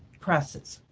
presses.